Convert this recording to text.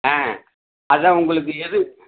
ஆ அதான் உங்களுக்கு எது